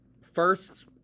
First